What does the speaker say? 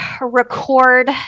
record